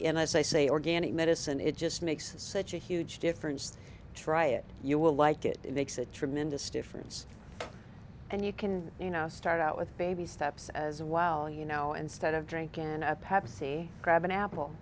and as i say organic medicine it just makes such a huge difference to try it you will like it it makes a tremendous difference and you can you know start out with baby steps as a while you know instead of drink and pepsi grab an apple